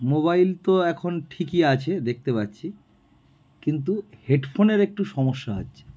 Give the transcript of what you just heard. mobile তো এখন ঠিকই আছে দেখতে পাচ্ছি কিন্তু হেডফোনের একটু সমস্যা হচ্ছে